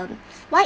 um why